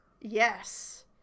Yes